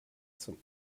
zum